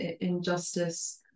injustice